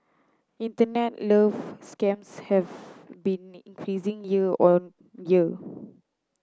internet love scams have been increasing year on year